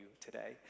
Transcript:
today